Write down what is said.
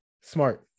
smart